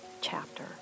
chapter